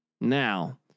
now